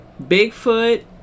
Bigfoot